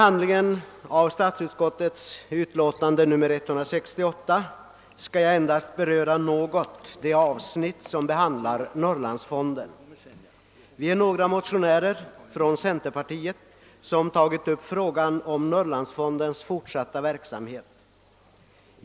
Av statsutskottets utlåtande nr 168 skall jag endast något beröra det avsnitt som gäller Norrlandsfonden. Vi är några motionärer från centerpartiet som har tagit upp frågan om Norrlandsfondens fortsatta verksamhet.